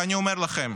ואני אומר לכם: